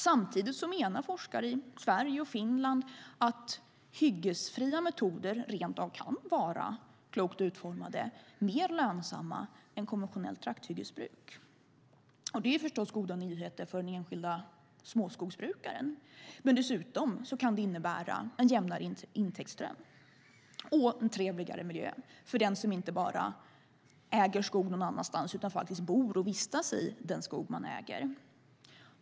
Samtidigt menar forskare i Sverige och Finland att hyggesfria metoder, klokt utformade, rent av kan vara mer lönsamma än konventionellt trakthyggesbruk. Det är förstås goda nyheter för den enskilda småskogsbrukaren. Dessutom kan det innebära en jämnare intäktsström och en trevligare miljö för den som inte bara äger skog någon annanstans utan faktiskt bor och vistas i den skog man äger.